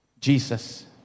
Jesus